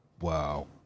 Wow